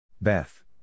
Beth